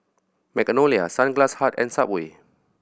Magnolia Sunglass Hut and Subway